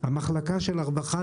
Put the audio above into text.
המחלקה של הרווחה,